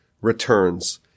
returns